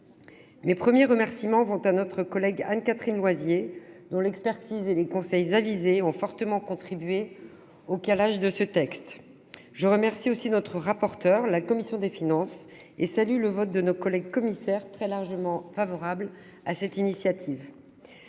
Mes premiers remerciements vont à notre collègue Anne-Catherine Loisier, dont l'expertise et les conseils avisés ont fortement contribué au calage de ce texte. Je remercie aussi notre rapporteur et les membres de la commission des finances, dont je salue le vote très largement favorable à cette initiative.